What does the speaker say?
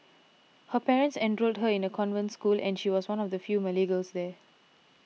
her parents enrolled her in a convent school and she was one of the few Malay girls there